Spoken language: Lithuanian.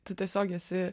tu tiesiog esi